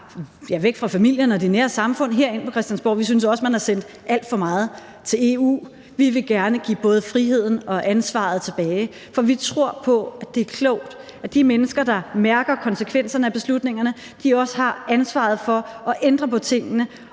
væk fra familierne og de nære samfund og herind på Christiansborg. Vi synes også, man har sendt alt for meget til EU. Vi vil gerne give både friheden og ansvaret tilbage. For vi tror på, at det er klogt, at de mennesker, der mærker konsekvenserne af beslutningerne, også har ansvaret for at ændre på tingene